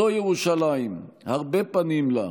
זו ירושלים, הרבה פנים לה,